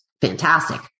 fantastic